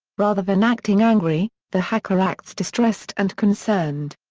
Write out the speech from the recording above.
rather than acting angry, the hacker acts distressed and concerned.